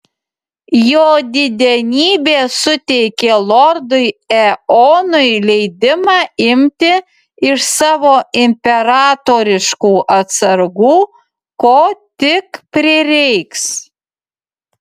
jo didenybė suteikė lordui eonui leidimą imti iš savo imperatoriškų atsargų ko tik prireiks